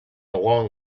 along